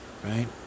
Right